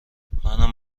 منم